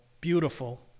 beautiful